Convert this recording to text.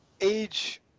age